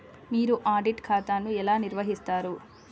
మీరు ఆడిట్ ఖాతాను ఎలా నిర్వహిస్తారు?